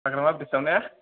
हाग्रामा ब्रिड्सआव ना